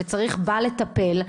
וצריך לטפל בה.